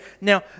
Now